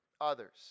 others